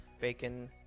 bacon